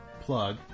plug